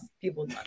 people